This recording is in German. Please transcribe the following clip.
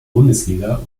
bundesliga